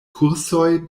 kursoj